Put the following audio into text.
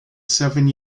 seven